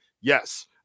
yes